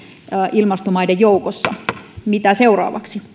ilmastomaiden joukossa mitä seuraavaksi